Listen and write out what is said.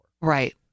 Right